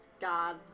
God